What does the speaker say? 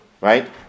right